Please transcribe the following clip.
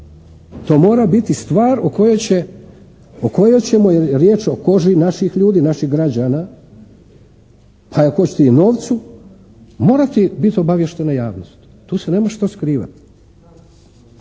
To mora biti stvar o kojoj ćemo, jer je riječ o koži naših ljudi, naših građana, pa ako hoćete i novcu morati biti obaviještena javnost. Tu se nema što skrivati.